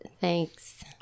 Thanks